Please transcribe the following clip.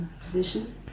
position